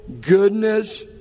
goodness